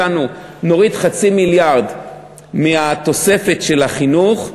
הצענו שנוריד 0.5 מיליארד מהתוספת של החינוך,